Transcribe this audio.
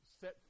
set